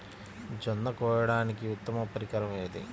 జొన్న కోయడానికి ఉత్తమ పరికరం ఏది?